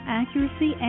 accuracy